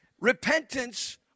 Repentance